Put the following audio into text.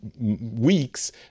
weeks